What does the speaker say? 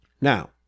Now